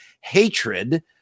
hatred